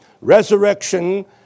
resurrection